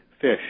fish